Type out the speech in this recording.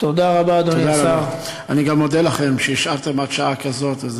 אני גם מודה לכם שנשארתם עד שעה כזאת.